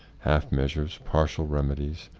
half measures, partial remedies,